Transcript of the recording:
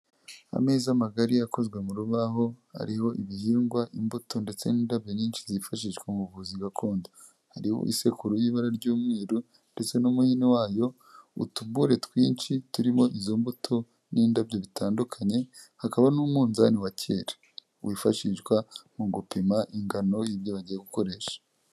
Ameza magari akozwe mu rubaho hariho ibihingwa imbuto ndetse n'indabyo nyinshi zifashishwa mu buvuzi gakondo hariho isekuru y'ibara ry'umweru ndetse n'umuhini wayo utubure twinshi turimo izo mbuto n'indabyo bitandukanye hakaba n'umunzani wa kera wifashishwa mu gupima ingano y'ibyo bagiye gukoresha.